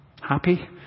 Happy